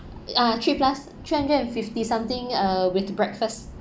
ah three plus three hundred and fifty something uh with breakfast